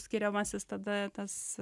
skiriamasis tada tas